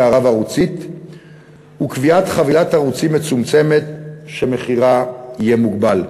הרב-ערוצית וקביעת חבילת ערוצים מצומצמת שמחירה יהיה מוגבל.